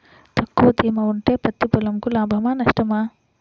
తక్కువ తేమ ఉంటే పత్తి పొలంకు లాభమా? నష్టమా?